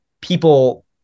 people